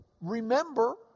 Remember